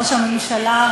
ראש הממשלה,